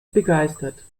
begeistert